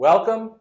Welcome